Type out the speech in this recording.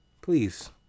Please